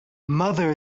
mother